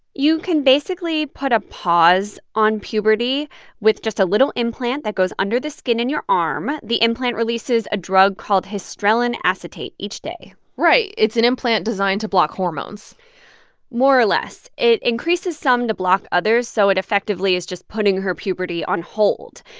you can basically put a pause on puberty with just a little implant that goes under the skin in your arm. the implant releases a drug called histrelin acetate each day right. it's an implant designed to block hormones more or less. it increases some to block others, so it effectively is just putting her puberty on hold.